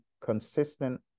consistent